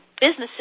businesses